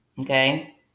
okay